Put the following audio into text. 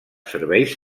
serveis